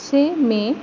से मे